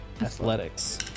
athletics